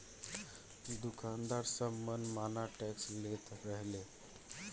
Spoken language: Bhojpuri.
दुकानदार सब मन माना टैक्स लेत रहले